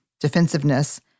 defensiveness